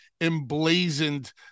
emblazoned